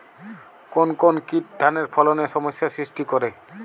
কোন কোন কীট ধানের ফলনে সমস্যা সৃষ্টি করে?